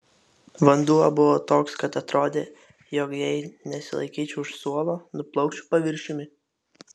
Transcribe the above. vanduo buvo toks kad atrodė jog jei nesilaikyčiau už suolo nuplaukčiau paviršiumi